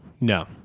No